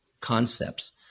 Concepts